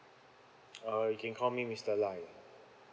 uh you can call me mister lai